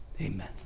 Amen